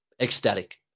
Ecstatic